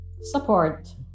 support